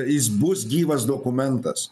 jis bus gyvas dokumentas